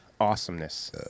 awesomeness